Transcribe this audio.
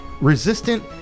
resistant